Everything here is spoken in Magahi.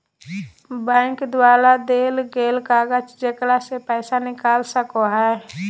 बैंक द्वारा देल गेल कागज जेकरा से पैसा निकाल सको हइ